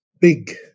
big